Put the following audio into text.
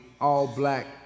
all-black